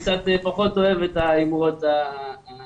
הצלחתי להעלות את אחוזי הגבייה שלי מ-85 אחוזים ל-91